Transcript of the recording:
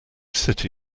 city